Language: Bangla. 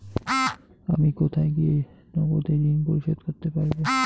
আমি কোথায় গিয়ে নগদে ঋন পরিশোধ করতে পারবো?